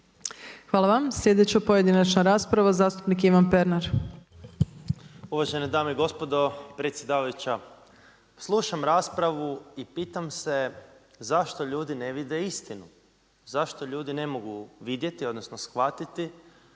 Hvala vam. Sljedeća pojedinačna rasprava zastupnik Ivan Pernar. **Pernar, Ivan (Živi zid)** Uvažene dame i gospodo predsjedavajuća. Slušam raspravu i pitam se zašto ljudi ne vide istinu, zašto ljudi ne mogu vidjeti, odnosno shvatiti